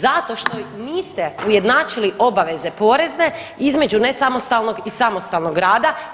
Zato što im niste ujednačili obaveze porezne između nesamostalnog i samostalnog rada.